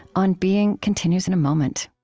on being continues in a moment